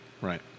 Right